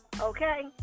Okay